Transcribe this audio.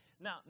Now